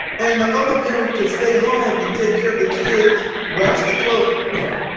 and the other parent could stay home and take care of the kids wash the clothes. look.